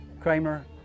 Kramer